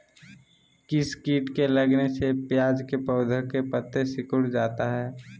किस किट के लगने से प्याज के पौधे के पत्ते सिकुड़ जाता है?